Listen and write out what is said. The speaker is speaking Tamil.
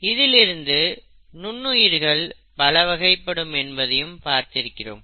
இதிலிருந்து நுண்ணுயிர்கள் பல வகைப்படும் என்பதையும் பார்த்திருக்கிறோம்